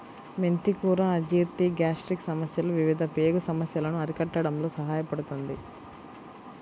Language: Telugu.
మెంతి కూర అజీర్తి, గ్యాస్ట్రిక్ సమస్యలు, వివిధ పేగు సమస్యలను అరికట్టడంలో సహాయపడుతుంది